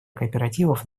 кооперативов